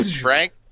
Frank